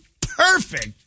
perfect